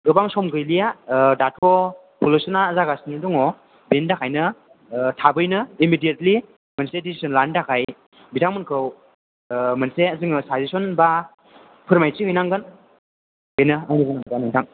गोबां सम गैलिया दाथ' पलिउसनआ जागासिनो दङ बेनि थाखायनो थाबैनो इमिदिएटलि मोनसे दिसिसन लानो थाखाय बिथांमोनखौ मोनसे जोङो साजेसन बा फोरमायथि हैनांगोन बेनो आंनि बुंनांगौआ नोंथां